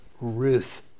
Ruth